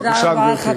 תודה רבה לך.